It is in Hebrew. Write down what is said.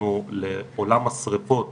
לכן אנחנו צפויים